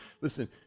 listen